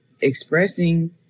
expressing